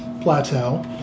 plateau